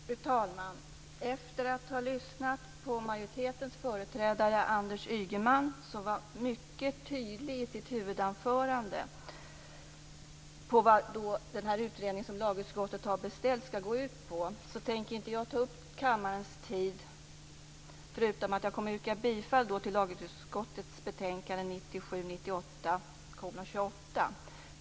Fru talman! Efter att ha lyssnat på majoritetens företrädare Anders Ygeman, som var mycket tydlig i sitt huvudanförande när det gäller syftet med den utredning som lagutskottet har beställt, tänker jag inte ta upp kammarens tid för annat än att yrka bifall till hemställan i lagutskottets betänkande 1997/98:LU28.